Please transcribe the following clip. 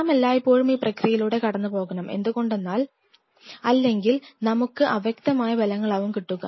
നാം എല്ലായ്പോഴും ഈ പ്രക്രിയയിലൂടെ കടന്നു പോകണം എണ്ടുകൊണ്ടെന്നാൽ അല്ലെങ്കിൽ നമ്മുക്ക് അവ്യക്തമായ ഫലങ്ങളാവും കിട്ടുക